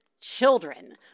Children